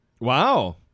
Wow